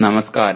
നമസ്കാരം